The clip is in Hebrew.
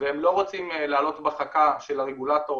והם לא רוצים לעלות בחכה של הרגולטור,